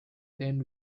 then